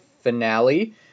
finale